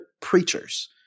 preachers